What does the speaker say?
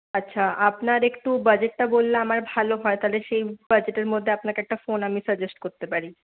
আচ্ছা আপনার একটু বাজেটটা বললে আমার ভালো হয় তাহলে সেই বাজেটের মধ্যে আপনাকে একটা ফোন আমি সাজেস্ট করতে পারি